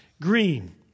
Green